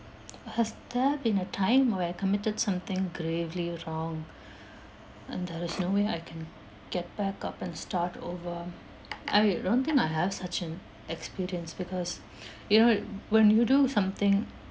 has there been a time where I committed something gravely wrong and there is no way I can get back up and start over I don't think I have such an experience because you know when you do something